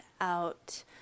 out